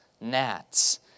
gnats